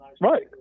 right